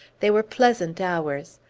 they were pleasant hours!